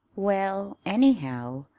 well, anyhow,